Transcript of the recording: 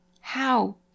How